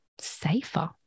safer